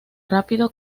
rápido